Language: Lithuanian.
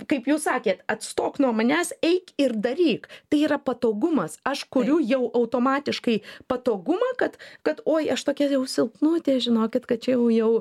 kaip jūs sakėt atstok nuo manęs eik ir daryk tai yra patogumas aš kuriu jau automatiškai patogumą kad kad oi aš tokia jau silpnutė žinokit kad čia jau jau